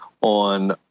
on